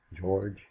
george